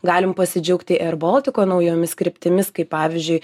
galim pasidžiaugti erboltiko naujomis kryptimis kaip pavyzdžiui